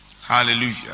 Hallelujah